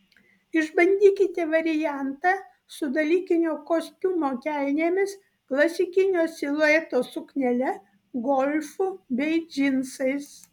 išbandykite variantą su dalykinio kostiumo kelnėmis klasikinio silueto suknele golfu bei džinsais